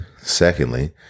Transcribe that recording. Secondly